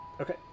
Okay